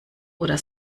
oder